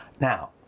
Now